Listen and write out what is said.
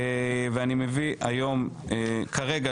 ואני מביא כרגע